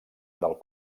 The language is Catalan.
del